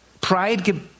pride